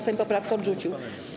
Sejm poprawkę odrzucił.